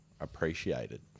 appreciated